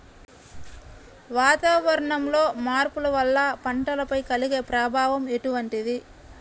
వాతావరణంలో మార్పుల వల్ల పంటలపై కలిగే ప్రభావం ఎటువంటిది?